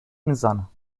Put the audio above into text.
میزنم